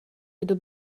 kdo